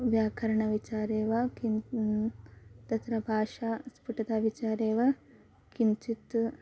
व्याकरणविचारे वा किञ् तत्र भाषा स्फुटता विचारे वा किञ्चित्